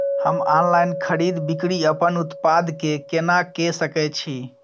हम ऑनलाइन खरीद बिक्री अपन उत्पाद के केना के सकै छी?